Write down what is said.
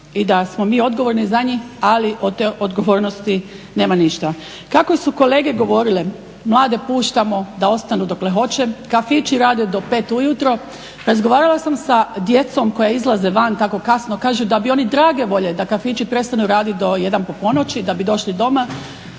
i da smo mi odgovorni za njih, ali od te odgovornosti nema ništa. Kako su kolege govorile, mlade puštamo da ostanu vani koliko hoće, kafići rade do pet ujutro… Razgovarala sam sa djecom koja izlaze van tako kasno i kažu da bi oni drage volje da kafići prestanu raditi do jedan po ponoći da bi došli doma,